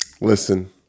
Listen